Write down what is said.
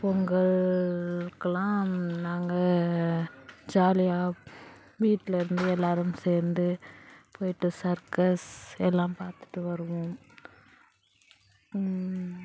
பொங்கலுக்கெலாம் நாங்கள் ஜாலியாக வீட்டில் இருந்து எல்லாேரும் சேர்ந்து போய்விட்டு சர்க்கஸ் எல்லாம் பார்த்துட்டு வருவோம்